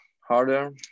harder